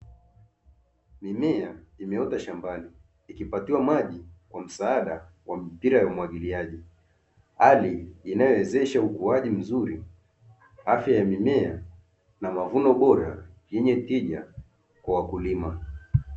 Mimea imeota shambani, ikipatiwa maji kwa msaada wa mpira wa umwagiliaji, hali inayowezesha ukuaji mzuri, afya ya mimea na mavuno yenye tija.